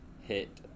hit